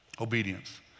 Obedience